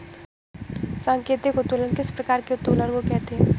सांकेतिक उत्तोलन किस प्रकार के उत्तोलन को कहते हैं?